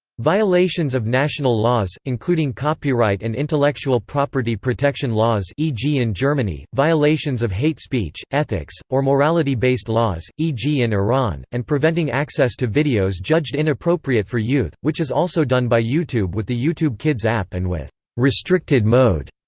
violations of national laws, including copyright and intellectual property protection laws e g. in germany, violations of hate speech, ethics, or morality-based laws, e g. in iran, and preventing access to videos judged inappropriate for youth, which is also done by youtube with the youtube kids app and with restricted mode.